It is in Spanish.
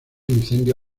incendio